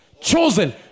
chosen